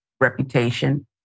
reputation